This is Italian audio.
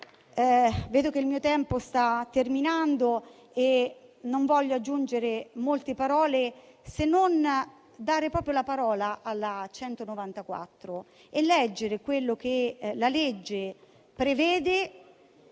Vedo che il mio tempo sta terminando e non voglio aggiungere molte parole, se non dare proprio la parola alla legge n. 194, leggendo quello che la legge prevede